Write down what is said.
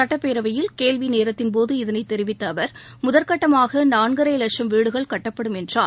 சுட்டப்பேரவையில் கேள்வி நேரத்தின் போது இதனைத் தெரிவித்த அவர் முதற்கட்டமாக நான்கரை லட்சும் வீடுகள் கட்டப்படும் என்றார்